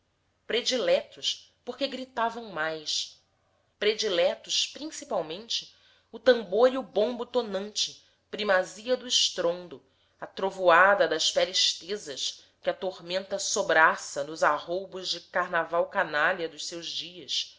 prediletos porque gritavam mais prediletos principalmente o tambor e o bombo tonante primazia do estrondo a trovoada das peles tesas que a tormenta sobraça nos arroubos de carnaval canalha dos seus dias